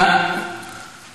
נגמר הזמן.